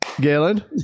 Galen